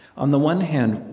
on the one hand,